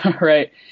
Right